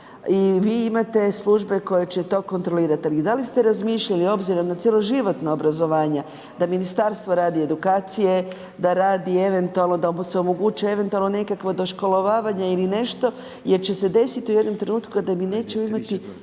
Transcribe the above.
i vi imate službe koje će to kontrolirat, ali da li ste razmišljali, obzirom na cjeloživotna obrazovanja, da ministarstvo radi edukacije, da radi eventualno, da mu se omogući eventualno nekakvo doškolovanje ili nešto jer će se desit u jednom trenutku kada mi nećemo imati,